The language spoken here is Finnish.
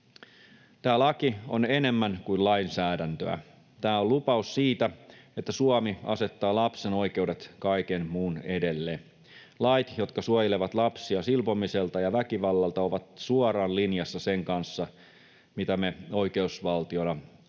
Tämä laki on enemmän kuin lainsäädäntöä. Tämä on lupaus siitä, että Suomi asettaa lapsen oikeudet kaiken muun edelle. Lait, jotka suojelevat lapsia silpomiselta ja väkivallalta, ovat suoraan linjassa sen kanssa, mitä me oikeusvaltiona arvostamme,